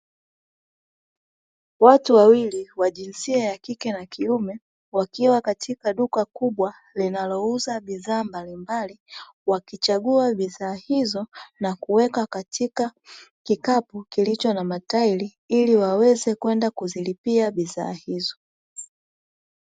Watu wawili wa jinsia ya kike na kiume wakiwa katika duka kubwa linalouza bidhaa mbalimbali, wakichagua bidhaa hizo na kuweka katika kikapu kilicho na matairi ili waweze kwenda kuzilipia bidhaa hizo.